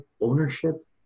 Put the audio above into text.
ownership